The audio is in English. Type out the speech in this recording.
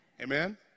Amen